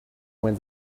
when